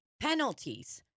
Penalties